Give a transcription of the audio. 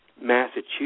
Massachusetts